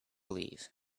leave